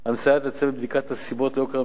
המסייעת לצוות בבדיקת הסיבות ליוקר המחיה